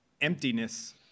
emptiness